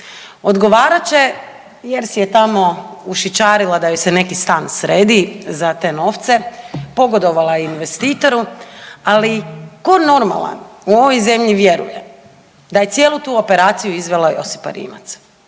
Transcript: odgovarat će jer si je tamo ušićarila da joj se neki stan sredi za te novce, pogodovala je investitoru, ali tko normalan u ovoj zemlji vjeruje da je cijelu tu operaciju izvela Josipa Rimac